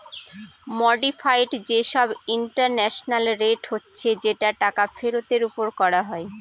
modified যে সব internal rate হচ্ছে যেটা টাকা ফেরতের ওপর করা হয়